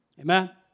Amen